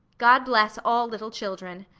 god bless all little children.